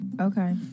Okay